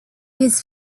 his